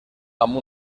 amb